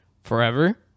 Forever